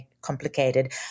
complicated